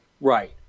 Right